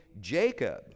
Jacob